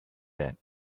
that